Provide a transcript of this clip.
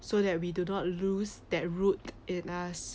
so that we do not lose that root in us